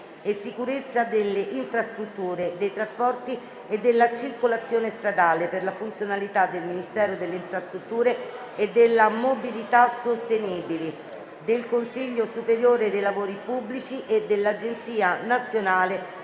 e sicurezza delle infrastrutture, dei trasporti e della circolazione stradale, per la funzionalità del Ministero delle infrastrutture e della mobilità sostenibili, del Consiglio superiore dei lavori pubblici e dell'Agenzia nazionale